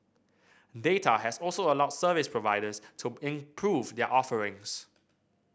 data has also allowed service providers to improve their offerings